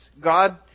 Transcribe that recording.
God